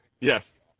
Yes